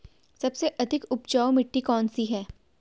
सबसे अधिक उपजाऊ मिट्टी कौन सी है?